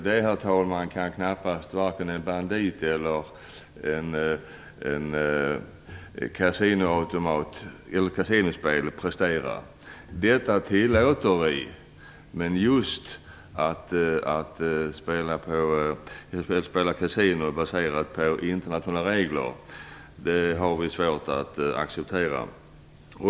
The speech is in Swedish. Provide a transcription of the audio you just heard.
Det, herr talman, kan knappast en enarmad bandit eller ett kasinospel prestera. Det tillåter vi, men just spel på kasino baserat på internationella regler har vi svårt att acceptera.